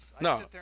No